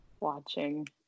watching